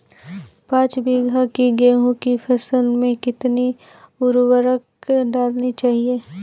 पाँच बीघा की गेहूँ की फसल में कितनी उर्वरक डालनी चाहिए?